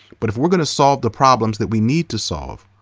but if we're going to solve the problems that we need to solve,